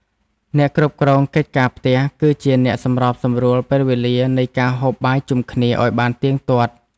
អ្នកគ្រប់គ្រងកិច្ចការផ្ទះ គឺជាអ្នកសម្របសម្រួលពេលវេលានៃការហូបបាយជុំគ្នាឱ្យបានទៀងទាត់។